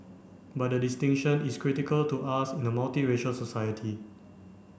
but the distinction is critical to us in a multiracial society